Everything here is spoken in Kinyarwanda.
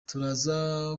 turaza